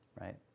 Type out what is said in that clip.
right